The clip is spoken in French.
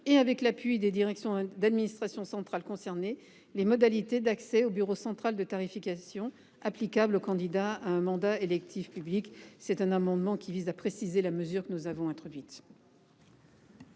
et avec l’appui des directions d’administration centrale concernées, les modalités d’accès au bureau central de tarification applicables aux candidats à un mandat électif public. Il s’agit de préciser la mesure que nous avons introduite.